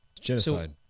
Genocide